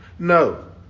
No